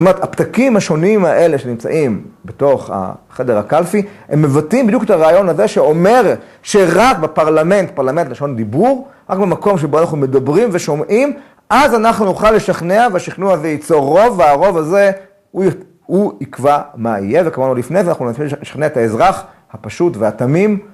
זאת אומרת, הפתקים השונים האלה שנמצאים בתוך החדר הקלפי הם מבטאים בדיוק את הרעיון הזה שאומר שרק בפרלמנט, פרלמנט לשון דיבור רק במקום שבו אנחנו מדברים ושומעים אז אנחנו נוכל לשכנע והשכנוע וליצור רוב והרוב הזה הוא יקבע מה יהיה וכמובן עוד לפני זה אנחנו נציג לשכנע את האזרח הפשוט והתמים